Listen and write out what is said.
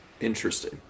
Interesting